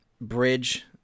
bridge